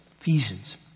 Ephesians